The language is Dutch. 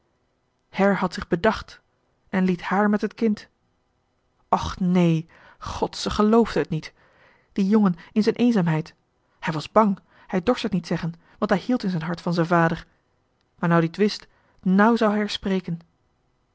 her had zich bedacht en liet haar met het kind och nee god ze geloofde johan de meester de zonde in het deftige dorp t niet die jongen in z'en eenzaamheid hij was bang hij dorst et niet zeggen want hij hield in z'en hart van z'en vader maar nou die et wist nu zou her spreke